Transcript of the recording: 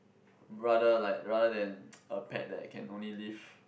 rather like rather than a pet that can only live